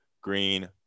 Green